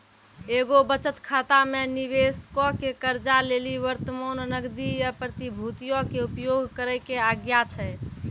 एगो बचत खाता मे निबेशको के कर्जा लेली वर्तमान नगदी या प्रतिभूतियो के उपयोग करै के आज्ञा छै